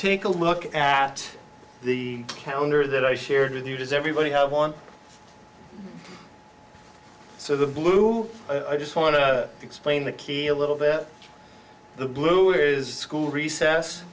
take a look at the calendar that i shared with you does everybody have one so the blue i just want to explain the key a little bit the blue is school recess